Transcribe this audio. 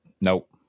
nope